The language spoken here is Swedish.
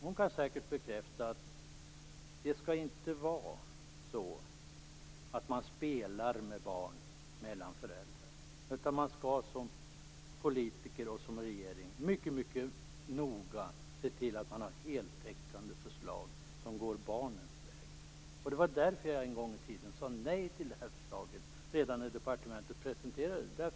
Hon kan säkert bekräfta att det inte skall vara så att man spelar med barn mellan föräldrar, utan man skall som politiker, även i regeringen, mycket noga se till att man har ett heltäckande förslag, som går barnens väg. Det var därför som jag en gång i tiden sade nej till det här förslaget, redan när departementet presenterade det.